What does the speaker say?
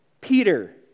Peter